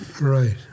Right